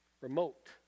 remote